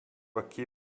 aqui